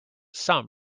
some